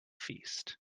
feast